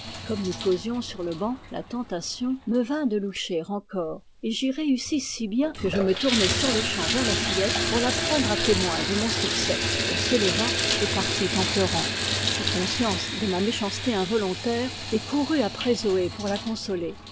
comme nous causions sur le banc la tentation me vint de loucher encore et j'y réussis si bien que je me tournai sur le champ vers la fillette pour la prendre à té moin de mon succès elle se leva et partit en pleurant j'eus conscience de ma méchanceté involontaire et courus après zoé pour la consoler